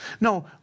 No